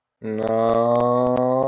No